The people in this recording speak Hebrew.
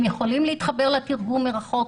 הם יכולים להתחבר לתרגום מרחוק.